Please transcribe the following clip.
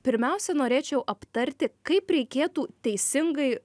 pirmiausia norėčiau aptarti kaip reikėtų teisingai